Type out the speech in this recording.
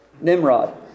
Nimrod